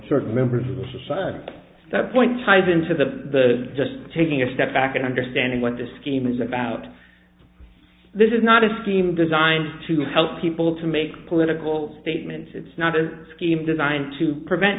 certain members of society that point tied into the just taking a step back and understanding what the scheme is about this is not a scheme designed to help people to make a political statement it's not a scheme designed to prevent